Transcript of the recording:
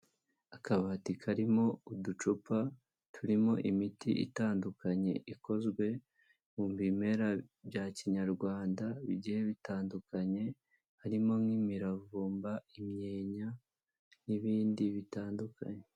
Akabati karimo uducupa turimo imiti itandukanye ikozwe mu bimera bya kinyarwanda bigiye bitandukanye, harimo nk'imiravumba, imyeya n'ibindi bitandukanye.